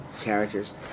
characters